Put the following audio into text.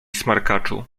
smarkaczu